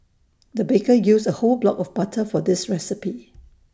the baker used A whole block of butter for this recipe